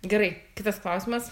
gerai kitas klausimas